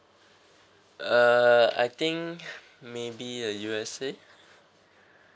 uh I think maybe uh you were saying